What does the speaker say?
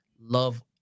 love